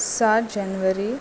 सात जनवरी